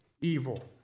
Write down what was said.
evil